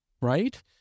Right